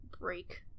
break